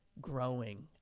growing